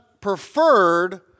preferred